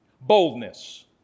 Boldness